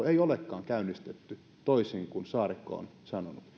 ei olekaan käynnistetty toisin kuin saarikko on sanonut